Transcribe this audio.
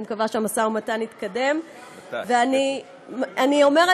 אני מקווה,